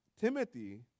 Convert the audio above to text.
Timothy